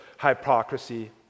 hypocrisy